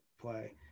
play